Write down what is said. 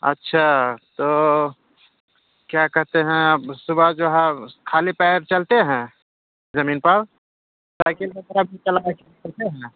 اچھا تو کیا کہتے ہیں آپ صبح جو ہے خالی پیٹ چلتے ہیں زمین پر سائکل وغیرہ بھی چلاتے ہیں نا